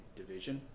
division